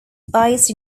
based